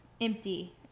empty